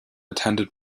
attended